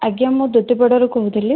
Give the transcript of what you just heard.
ଆଜ୍ଞା ମୁଁ ଦୁତି ପୋଡର୍ କହୁଥିଲି